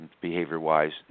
behavior-wise